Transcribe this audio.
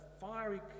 fiery